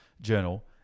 Journal